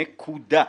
נקודה.